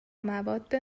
مواد